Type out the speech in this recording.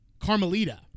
Carmelita